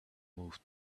moved